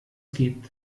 gibt